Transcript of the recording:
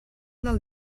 del